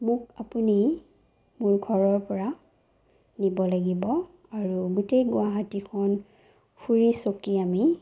মোক আপুনি মোৰ ঘৰৰপৰা নিব লাগিব আৰু গোটেই গুৱাহাটীখন ফুৰি চাকি আমি